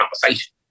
conversation